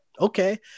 okay